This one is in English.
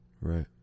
Right